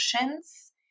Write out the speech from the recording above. emotions